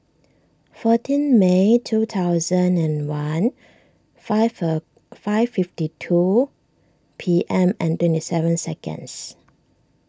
fourteen May two thousand and one five a five fifty two P M and twenty seven seconds